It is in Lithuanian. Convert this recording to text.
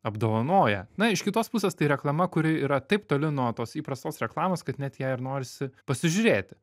apdovanoja na iš kitos pusės tai reklama kuri yra taip toli nuo tos įprastos reklamos kad net ją ir norisi pasižiūrėti